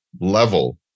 level